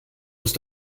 muss